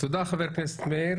תודה, חבר הכנסת הלוי.